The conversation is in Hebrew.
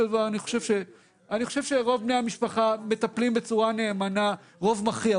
דבר אני חושב שרוב בני המשפחה מטפלים בצורה נאמנה רוב מכריע,